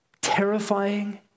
terrifying